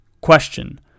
Question